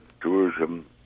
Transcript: tourism